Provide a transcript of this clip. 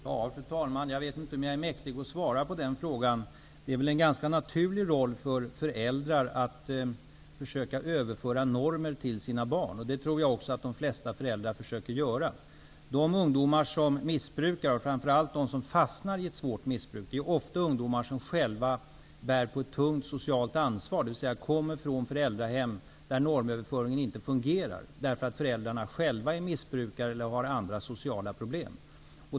Fru talman! Jag vet inte om jag är mäktig att svara på den frågan. Det är en naturlig roll för föräldrar att försöka överföra normer till sina barn. Jag tror att de flesta föräldrarna försöker göra det. De ungdomar som missbrukar, framför allt de som fastnar i ett svårt missbruk, är ofta ungdomar som själva bär på ett tungt socialt ansvar, dvs. de kommer från föräldrahem där normöverföringen inte fungerar därför att föräldrarna är själva missbrukare eller har andra sociala problem.